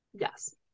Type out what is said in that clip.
Yes